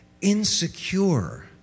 insecure